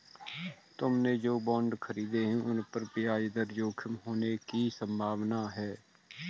तुमने जो बॉन्ड खरीदे हैं, उन पर ब्याज दर जोखिम होने की संभावना है